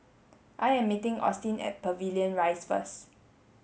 I am meeting Austyn at Pavilion Rise first